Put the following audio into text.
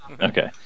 Okay